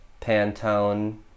Pantone